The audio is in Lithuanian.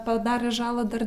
padarė žalą dar